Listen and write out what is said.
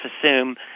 assume